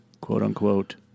quote-unquote